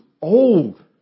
old